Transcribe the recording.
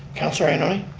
councilor henry.